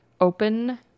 open